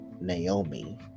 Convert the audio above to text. Naomi